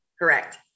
Correct